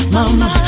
Mama